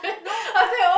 no but